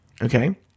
Okay